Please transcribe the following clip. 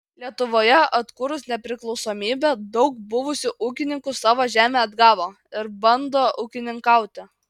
lietuvoje atkūrus nepriklausomybę daug buvusių ūkininkų savo žemę atgavo ir bando ūkininkauti